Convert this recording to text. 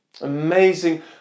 Amazing